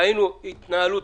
ראינו התנהלות